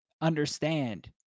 understand